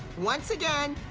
once again,